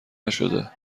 نشده